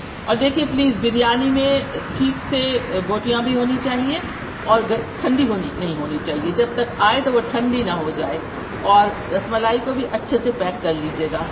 اور دیکھیے پلیز بریانی میں ٹھیک سے بوٹیاں بھی ہونی چاہیے اور گر ٹھنڈی ہونی نہیں ہونی چاہیے جب تک آئے وہ ٹھنڈی نہ ہو جائے اور رس ملائی کو بھی اچھے سے پیک کر لیجئے گا